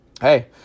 hey